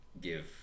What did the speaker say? give